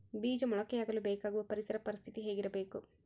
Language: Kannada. ಬೇಜ ಮೊಳಕೆಯಾಗಲು ಬೇಕಾಗುವ ಪರಿಸರ ಪರಿಸ್ಥಿತಿ ಹೇಗಿರಬೇಕು?